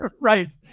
Right